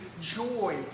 joy